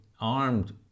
armed